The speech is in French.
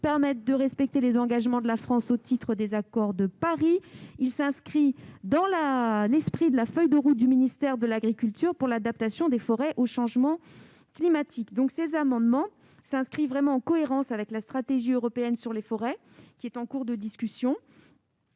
objectifs d'Aichi et les engagements de la France au titre des accords de Paris. Elle s'inscrit dans l'esprit de la feuille de route du ministère de l'agriculture pour l'adaptation des forêts au changement climatique. Ces amendements sont cohérents avec la stratégie de l'Union européenne pour les forêts, qui est en cours de discussion,